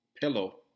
pillow